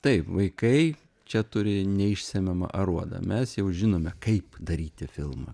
taip vaikai čia turi neišsemiamą aruodą mes jau žinome kaip daryti filmą